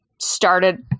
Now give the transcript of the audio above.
Started